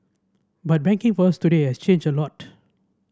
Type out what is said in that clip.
but banking for us today has changed a lot